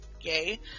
yay